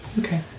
Okay